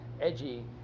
edgy